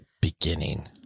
beginning